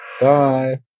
Bye